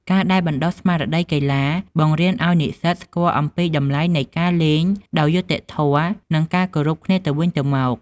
ការដែលបណ្ដុះស្មារតីកីឡា បង្រៀនអោយនិស្សិតស្គាល់អំពីតម្លៃនៃការលេងដោយយុត្តិធម៌ និងការគោរពគ្នាទៅវិញទៅមក។